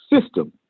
system